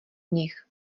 nich